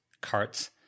carts